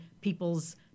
people's